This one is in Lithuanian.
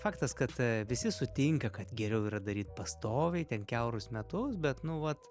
faktas kad visi sutinka kad geriau yra daryt pastoviai ten kiaurus metus bet nu vat